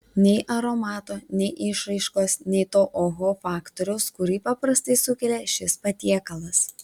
nei aromato nei išraiškos nei to oho faktoriaus kurį paprastai sukelia šis patiekalas